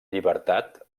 llibertat